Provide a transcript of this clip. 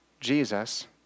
Jesus